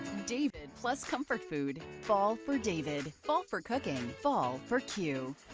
david, plus comfort food. fall for david, fall for cooking, fall for q.